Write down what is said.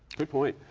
good point.